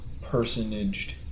personaged